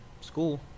school